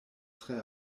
tre